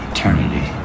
Eternity